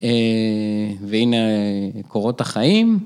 והנה קורות החיים.